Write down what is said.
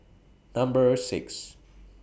Number six